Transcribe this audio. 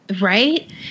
right